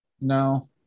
No